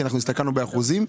כי הסתכלנו באחוזים,